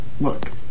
look